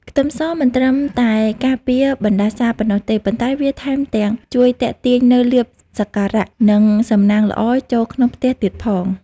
ខ្ទឹមសមិនត្រឹមតែការពារបណ្តាសាប៉ុណ្ណោះទេប៉ុន្តែវាថែមទាំងជួយទាក់ទាញនូវលាភសក្ការៈនិងសំណាងល្អចូលក្នុងផ្ទះទៀតផង។